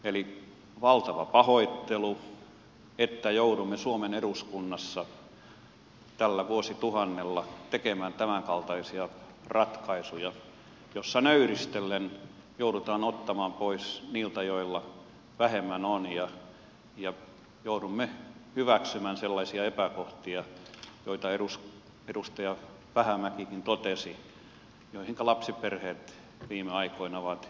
eli valtava pahoittelu että joudumme suomen eduskunnassa tällä vuosituhannella tekemään tämänkaltaisia ratkaisuja joissa nöyristellen joudutaan ottamaan pois niiltä joilla vähemmän on ja joudumme hyväksymään sellaisia epäkohtia joita edustaja vähämäkikin totesi joihinka lapsiperheet viime aikoina ovat joutuneet